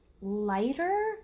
lighter